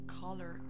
color